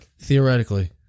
theoretically